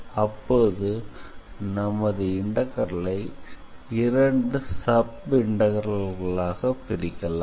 அப்போது நமது இண்டெக்ரல் ஐ இரண்டு சப் இண்டெக்ரல் களாக பிரிக்கலாம்